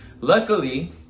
Luckily